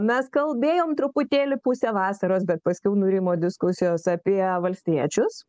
mes kalbėjome truputėlį pusę vasaros bet paskiau nurimo diskusijos apie valstiečius